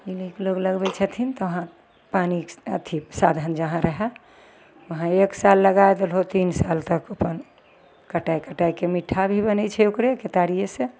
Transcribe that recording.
एन्नी कि लोक लगबै छथिन तऽ पानीके अथी साधन जहाँ रहै वहाँ एक साल लगै देलहो तीन साल तक अपन कटै कटैके मिठ्ठा भी बनै छै ओकरे केतारिए से